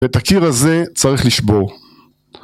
את הקיר הזה צריך לשבור